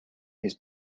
his